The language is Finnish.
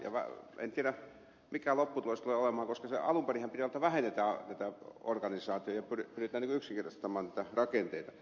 en tiedä mikä lopputulos tulee olemaan koska alun perinhän piti olla että vähennetään organisaatiota ja pyritään yksinkertaistamaan rakenteita